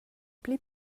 pli